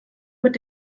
mit